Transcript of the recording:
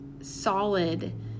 solid